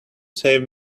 save